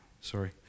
Sorry